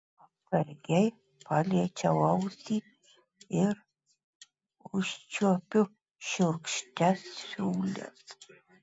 atsargiai paliečiu ausį ir užčiuopiu šiurkščias siūles